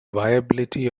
viability